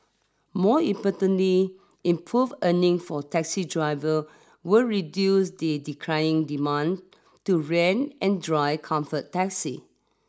more importantly improve earning for taxi driver will reduce the declining demand to rent and drive comfort taxi